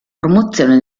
promozione